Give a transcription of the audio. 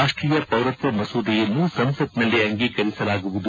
ರಾಷ್ಷೀಯ ಪೌರತ್ವ ಮಸೂದೆಯನ್ನು ಸಂಸತ್ನಲ್ಲಿ ಅಂಗೀಕರಿಸಲಾಗುವುದು